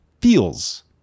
feels